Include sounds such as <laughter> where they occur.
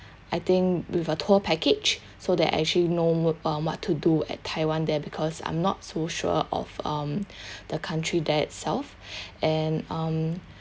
I think with a tour package so that I actually know more on what to do at taiwan there because I'm not so sure of um <breath> the country that itself and <breath> um